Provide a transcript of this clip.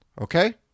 Okay